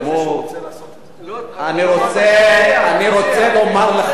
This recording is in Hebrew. אני רוצה לומר לך,